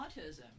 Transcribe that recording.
autism